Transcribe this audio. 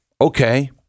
Okay